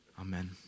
Amen